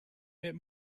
bit